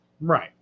right